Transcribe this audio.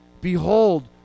Behold